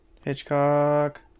Hitchcock